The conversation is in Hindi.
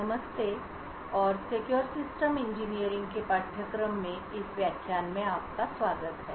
नमस्ते और सिक्योर सिस्टम इंजीनियरिंग के पाठ्यक्रम में इस व्याख्यान में आपका स्वागत है